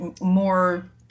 more